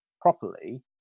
properly